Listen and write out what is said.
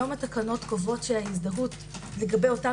היום התקנות קובעות שההזדהות לגבי אותם